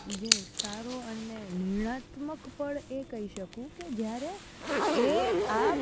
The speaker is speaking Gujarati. જે સારો અને નિર્ણાત્મક પળ એ કહી શકું કે જ્યારે એ આ